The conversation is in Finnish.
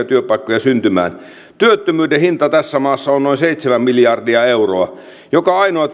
työpaikkoja syntymään työttömyyden hinta tässä maassa on noin seitsemän miljardia euroa joka ainoa